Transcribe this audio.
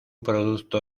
producto